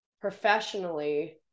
professionally